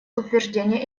утверждения